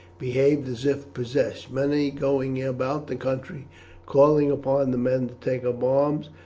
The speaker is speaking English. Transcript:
behaved as if possessed, many going about the country calling upon the men to take up arms,